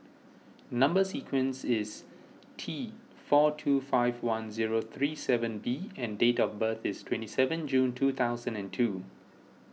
Number Sequence is T four two five one zero three seven B and date of birth is twenty seven June two thousand and two